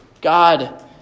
God